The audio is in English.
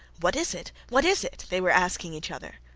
what is it? what is it? they were asking each other.